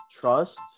trust